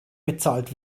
bezahlt